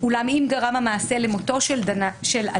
"אולם אם גרם המעשה למותו של אדם,